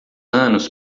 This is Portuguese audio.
anos